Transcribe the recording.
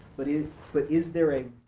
but is but is there a.